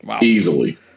easily